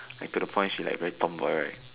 like to the point she's very Tomboy right